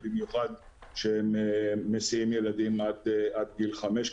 במיוחד כשמסיעים ילדים עד גיל 5,